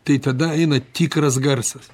tai tada eina tikras garsas